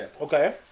Okay